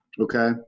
Okay